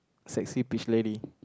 sexy beach lady